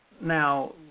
now